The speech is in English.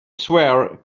swear